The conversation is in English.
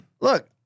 Look